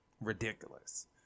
ridiculous